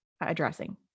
addressing